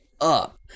up